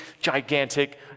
gigantic